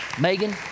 Megan